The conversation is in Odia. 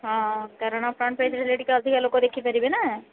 ହଁ କାରଣ ଫ୍ରଣ୍ଟ୍ ପେଜ୍ରେ ସେଇଟିକେ ଅଧିକା ଲୋକ ଦେଖିପାରିବେ ନା